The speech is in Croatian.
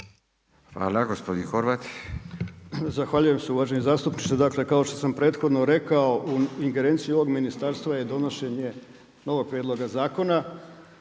Mile (SDSS)** Zahvaljujem se uvaženi zastupniče. Dakle, kao što sam prethodno rekao u ingerenciji ovog ministarstva je donošenje novog prijedloga zakona